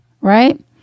Right